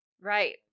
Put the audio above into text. Right